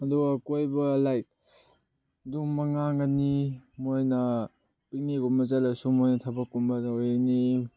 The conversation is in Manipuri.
ꯑꯗꯨꯒ ꯀꯣꯏꯕ ꯂꯥꯏꯛ ꯑꯗꯨꯝꯕ ꯉꯥꯡꯒꯅꯤ ꯃꯣꯏꯅ ꯏꯅꯦꯒꯨꯝꯕ ꯆꯠꯂꯁꯨ ꯃꯣꯏ ꯊꯕꯛꯀꯨꯝꯕꯗ ꯑꯣꯏꯅꯤ